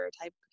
type